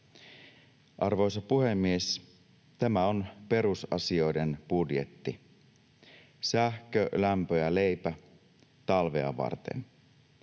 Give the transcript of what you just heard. Arvoisa puhemies! Tämä on perusasioiden budjetti: sähkö, lämpö ja leipä talvea varten.